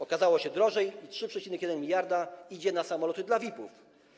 Okazało się, że jest drożej i 3,1 mld idzie na samoloty dla VIP-ów.